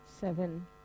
seven